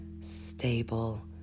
stable